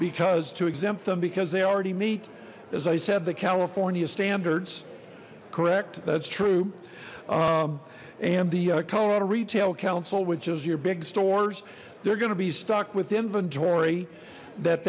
because to exempt them because they already meet as i said the california standards correct that's true and the colorado retail council which is your big stores they're gonna be stuck with inventory that